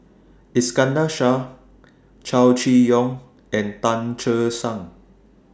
Iskandar Shah Chow Chee Yong and Tan Che Sang